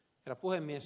herra puhemies